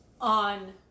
on